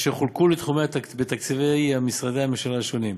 ואשר חולקו לתחומים בתקציבי משרדי הממשלה השונים.